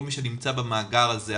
כל מי שנמצא במאגר הזה,